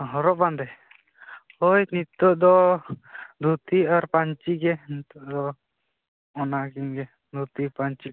ᱦᱚᱨᱚᱜ ᱵᱟᱸᱫᱮ ᱳᱭ ᱱᱤᱛᱳᱜ ᱫᱚ ᱫᱷᱩᱛᱤ ᱟᱨ ᱯᱟᱹᱧᱪᱤ ᱜᱮ ᱱᱤᱛᱳᱜ ᱫᱚ ᱚᱱᱟᱠᱤᱱ ᱜᱮ ᱫᱷᱩᱛᱤ ᱟᱨ ᱯᱟᱹᱧᱪᱤ ᱠᱚ